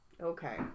Okay